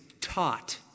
taught